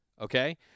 okay